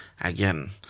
Again